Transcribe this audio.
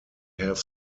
have